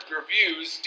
reviews